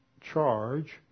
charge